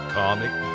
comic